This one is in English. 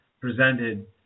presented